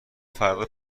فردا